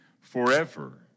forever